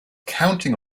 counting